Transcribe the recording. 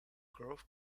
growth